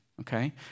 okay